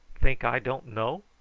think i don't know?